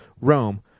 Rome